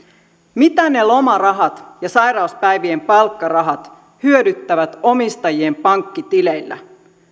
mitä ne lomarahat ja sairauspäivien palkkarahat hyödyttävät omistajien pankkitileillä